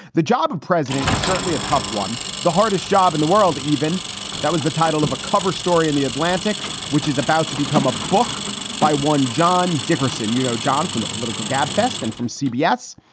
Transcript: the job of president is certainly a tough one. the hardest job in the world. even that was the title of a cover story in the atlantic, which is about to become a book by one. john dickerson, you know, john, from the political gabfest and from cbs.